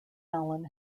allen